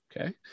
Okay